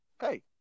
hey